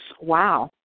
wow